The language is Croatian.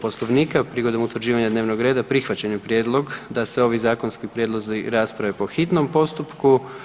Poslovnika prigodom utvrđivanja dnevnog reda prihvaćen je prijedlog da se ovi zakonski prijedlozi rasprave po hitnom postupku.